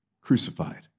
crucified